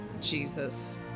Jesus